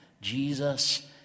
Jesus